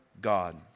God